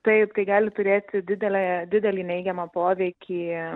taip tai gali turėti didelę didelį neigiamą poveikį